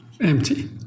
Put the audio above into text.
empty